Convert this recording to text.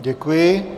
Děkuji.